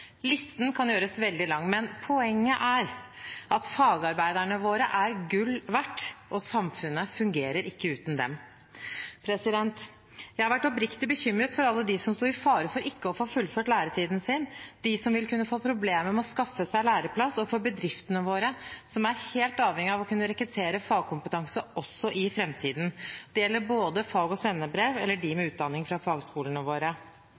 listen kan gjøres veldig lang. Poenget er at fagarbeiderne våre er gull verdt, og samfunnet fungerer ikke uten dem. Jeg har vært oppriktig bekymret for alle dem som sto i fare for ikke å få fullført læretiden sin, for dem som vil kunne få problemer med å skaffe seg læreplass, og for bedriftene våre, som er helt avhengig av å kunne rekruttere fagkompetanse også i framtiden. Det gjelder både dem med fag- og svennebrev og dem med utdanning fra fagskolene våre.